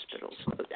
hospitals